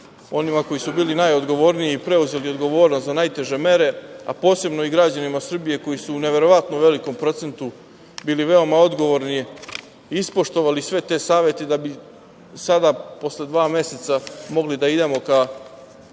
onima koji su bili najodgovorniji i preuzeli odgovornost za najteže mere, a posebno i građanima Srbije koji su u neverovatno velikom procentu bili veoma odgovorni i ispoštovali sve te savete da bi sada posle dva meseca mogli da idemo ka